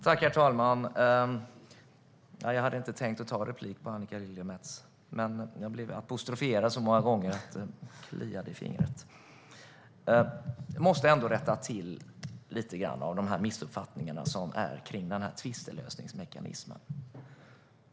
Herr talman! Jag hade inte tänkt begära replik på Annika Lillemets. Men jag blev apostroferad så många gånger att det kliade i fingrarna. Jag måste ändå rätta till lite grann av de missuppfattningar som finns kring tvistlösningsmekanismen.